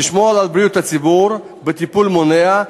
לשמור על בריאות הציבור בטיפול מונע,